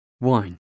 wine